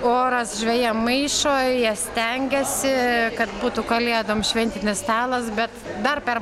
oras žvejam maišo jie stengiasi kad būtų kalėdom šventinis stalas bet dar per